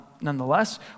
nonetheless